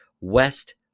West